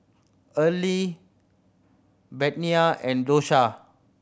Earle Bettina and Dosha